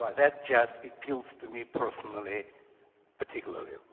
that just appeals to me personally particularly.